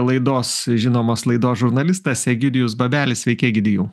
laidos žinomos laidos žurnalistas egidijus babelis sveiki egidijau